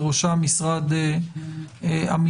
בראשם משרד המשפטים,